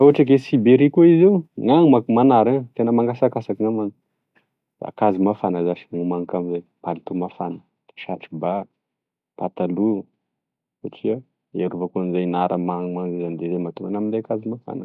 Ohatry ke Siberia ko izy io gn'any manko manara gn'any tena mangasakasaky nam'any da akanzo mafana zashy gn'homaniko aminy palitao mafana, satroky ba, pataloa satria erovako amzay nara ma- man- mahatonga enah minday akanzo mafana.